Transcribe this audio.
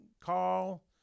call